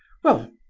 well,